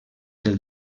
del